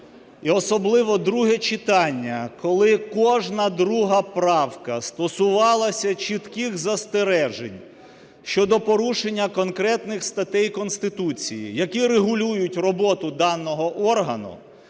і особливо друге читання, коли кожна друга правка стосувалася чітких застережень щодо порушення конкретних статей Конституції, які регулюють роботу даного органу,